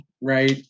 right